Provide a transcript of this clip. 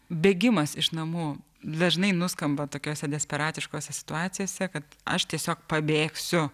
bėgimas iš namų dažnai nuskamba tokiose desperatiškose situacijose kad aš tiesiog pabėgsiu